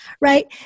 right